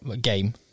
game